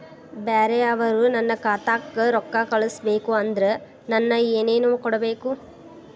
ಬ್ಯಾರೆ ಅವರು ನನ್ನ ಖಾತಾಕ್ಕ ರೊಕ್ಕಾ ಕಳಿಸಬೇಕು ಅಂದ್ರ ನನ್ನ ಏನೇನು ಕೊಡಬೇಕು?